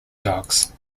dogs